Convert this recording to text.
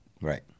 Right